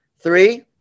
Three